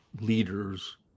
leaders